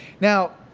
now,